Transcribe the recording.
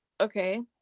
Okay